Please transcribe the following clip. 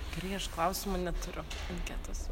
gerai aš klausimų neturiu anketos